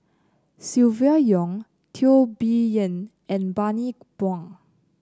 Silvia Yong Teo Bee Yen and Bani Buang